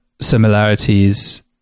similarities